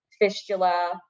fistula